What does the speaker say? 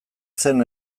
zen